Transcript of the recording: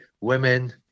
women